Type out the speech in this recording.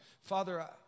Father